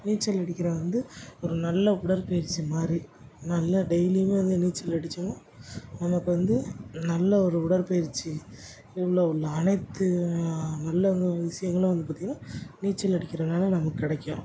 நீச்சல் அடிக்கிறது வந்து ஒரு நல்ல உடற்பயிற்சி மாதிரி நல்லா டெய்லியுமே வந்து நீச்சல் அடிச்சோம்னா நமக்கு வந்து நல்ல ஒரு உடற்பயிற்சி இவ்வளோ உள்ள அனைத்து நல்ல ஒரு விஷயங்களும் வந்து பார்த்தீங்கன்னா நீச்சல் அடிக்கிறனால நமக்கு கிடைக்கும்